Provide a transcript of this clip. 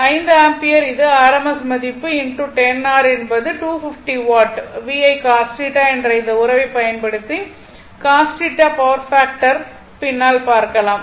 5 ampere இது rms மதிப்பு 10R என்பது 250 வாட் VI cos θ என்ற இந்த உறவைப் பயன்படுத்தி cos θ பவர் ஃபாக்டர் பின்னால் பார்க்கலாம்